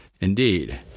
Indeed